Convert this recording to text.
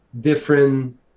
different